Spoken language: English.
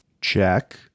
check